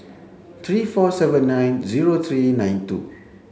three four seven nine zero three nine two